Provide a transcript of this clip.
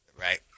right